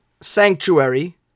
sanctuary